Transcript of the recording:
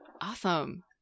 Awesome